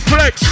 Flex